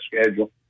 schedule